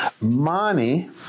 Money